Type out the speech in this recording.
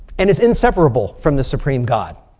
and is inseparable from the supreme god.